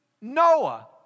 Noah